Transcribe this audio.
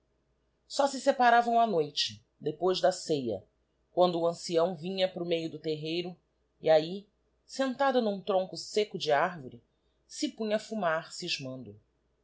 só se separavam á noite depois da ceia quando o ancião vinha para o meio do terreiro e ahi sentado n'um tronco secco de arvore se punha a fumar scismando